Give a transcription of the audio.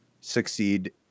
succeed